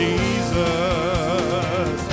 Jesus